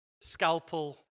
scalpel